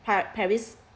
pa~ Paris